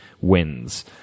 wins